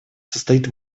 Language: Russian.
состоит